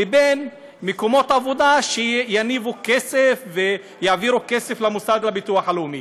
ובין מקומות עבודה שיניבו כסף ויעבירו כסף למוסד לביטוח הלאומי.